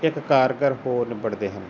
ਇੱਕ ਕਾਰਗਰ ਹੋ ਨਿਬੜਦੇ ਹਨ